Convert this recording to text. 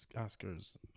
Oscar's